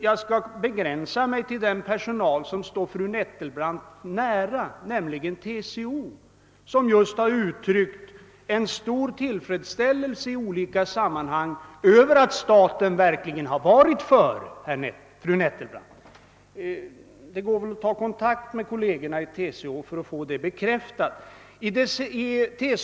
Jag skall begränsa mig till den personal som står fru Nettelbrandt nära, nämligen de TCO-anslutna. TCO har i olika sammanhang uttryckt sin stora tillfredsställelse över att staten verkligen har varit före. Det går väl att ta kontakt med kollegerna i TCO för att få det bekräftat, fru Nettel brandt.